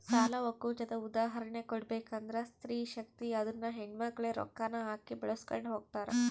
ಸಾಲ ಒಕ್ಕೂಟದ ಉದಾಹರ್ಣೆ ಕೊಡ್ಬಕಂದ್ರ ಸ್ತ್ರೀ ಶಕ್ತಿ ಅದುನ್ನ ಹೆಣ್ಮಕ್ಳೇ ರೊಕ್ಕಾನ ಹಾಕಿ ಬೆಳಿಸ್ಕೊಂಡು ಹೊಗ್ತಾರ